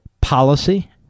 policy